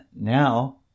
now